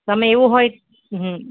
તમે એવું હોય હમ્મ